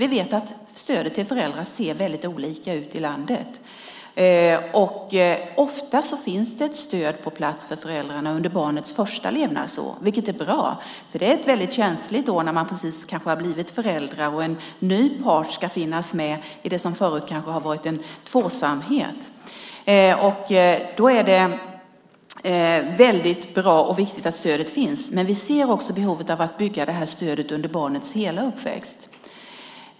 Vi vet att stödet till föräldrar ser väldigt olika ut i landet. Ofta finns det ett stöd på plats för föräldrarna under barnets första levnadsår vilket är bra, för det är ett väldigt känsligt år när man precis har blivit förälder och en ny part ska finnas med i det som förut kanske har varit en tvåsamhet. Då är det väldigt bra och viktigt att stödet finns. Men vi ser också behovet av att bygga ut det här stödet till barnets hela uppväxt.